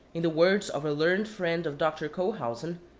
in the words of a learned friend of doctor cohausen,